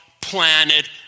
planet